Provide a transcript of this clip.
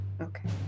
Okay